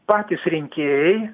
patys rinkėjai